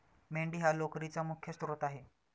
मेंढी हा लोकरीचा मुख्य स्त्रोत आहे